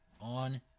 on